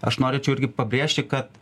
aš norėčiau irgi pabrėžti kad